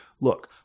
look